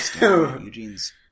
Eugene's